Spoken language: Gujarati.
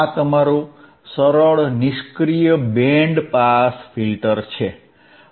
આ તમારું સરળ પેસીવ બેન્ડ પાસ ફિલ્ટર છે